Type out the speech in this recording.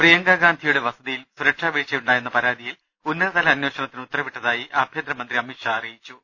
പ്രിയങ്കാഗാന്ധി യുടെ വസതിയിൽ സുരക്ഷാ വീഴ്ചയുണ്ടായെന്ന പരാതിയിൽ ഉന്നതതല അന്വേഷണത്തിന് ഉത്തരവിട്ടതായി ആഭ്യന്തര മന്ത്രി അമിത്ഷാ അറിയിച്ചു